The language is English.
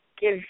give